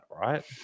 right